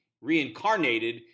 reincarnated